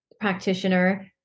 practitioner